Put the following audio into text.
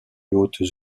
hautes